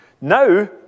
Now